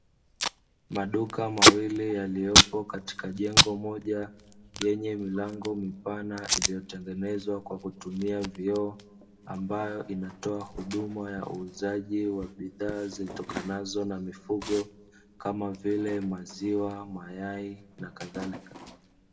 Maduka mawili yaliyopo katika jengo moja yenye milango mipana iliyotengenezwa kwa kutumia vioo, ambayo inatoa huduma ya uuzaji wa bidhaa zitokanazo na mifugo kama vile, maziwa, mayai nakadhalika.